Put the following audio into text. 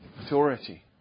authority